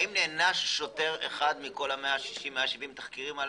האם נענש שוטר אחד מכל אותם תחקירים,